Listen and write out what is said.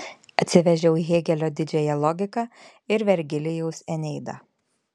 atsivežiau hėgelio didžiąją logiką ir vergilijaus eneidą